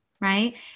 right